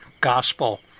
gospel